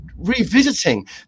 revisiting